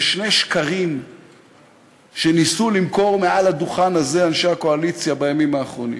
יש שני שקרים שניסו למכור מעל הדוכן הזה אנשי הקואליציה בימים האחרונים: